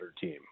team